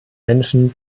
menschen